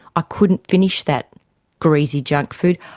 i couldn't finish that greasy junk food,